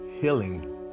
healing